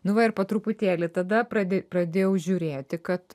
nu va ir po truputėlį tada prade pradėjau žiūrėti kad